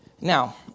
Now